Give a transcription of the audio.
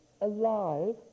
alive